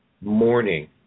morning